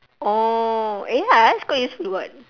orh eh ya that's quite useful [what]